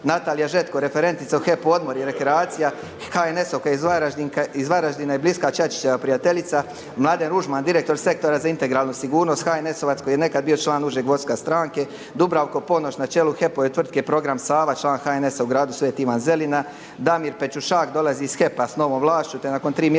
HNS-ovac koji je nekad bio član užeg vodstva stranke. Dubravko Ponoć na čelu HEP-ove tvrtke program Sava, član HNS-a u gradu Sv. Ivan Zelina. Damir Pečušak, dolazi iz HEP-a sa novom vlašću te nakon tri mjeseca